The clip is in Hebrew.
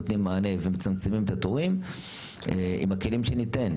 נותנים מענה ומצמצמים את התורים עם הכלים שניתן,